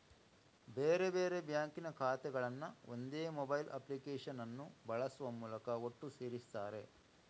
ಬೇರೆ ಬೇರೆ ಬ್ಯಾಂಕಿನ ಖಾತೆಗಳನ್ನ ಒಂದೇ ಮೊಬೈಲ್ ಅಪ್ಲಿಕೇಶನ್ ಅನ್ನು ಬಳಸುವ ಮೂಲಕ ಒಟ್ಟು ಸೇರಿಸ್ತಾರೆ